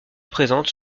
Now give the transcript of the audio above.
présente